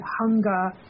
hunger